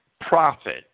profit